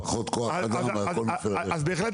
יש לך פחות כוח אדם --- אז בהחלט